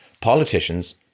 Politicians